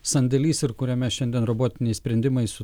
sandėlys ir kuriame šiandien robotiniai sprendimai su